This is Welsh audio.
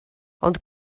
ond